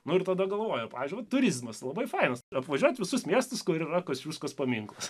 nu ir tada galvoji pavyzdžiui turizmas labai fainas apvažiuot visus miestus kur yra kosciuškos paminklas